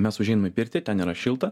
mes užeinam į pirtį ten yra šilta